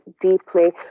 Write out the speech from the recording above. deeply